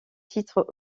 titre